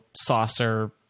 saucer